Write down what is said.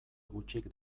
gutxik